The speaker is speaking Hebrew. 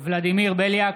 בליאק,